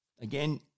Again